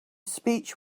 speech